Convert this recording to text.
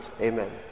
Amen